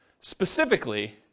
specifically